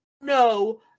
no